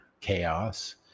chaos